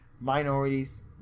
minorities